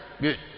Good